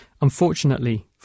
Unfortunately